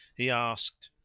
he asked,